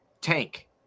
tank